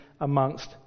amongst